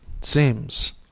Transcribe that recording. seems